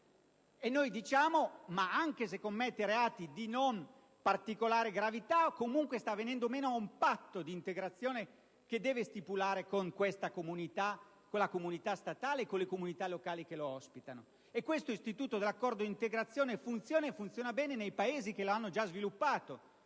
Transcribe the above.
Noi diciamo che, anche se sta commettendo reati di non particolare gravità, sta venendo meno a un patto di integrazione che deve stipulare con la comunità statale e con quelle locali che lo ospitano. Questo istituto dell'accordo di integrazione funziona bene nei Paesi che lo hanno già sviluppato.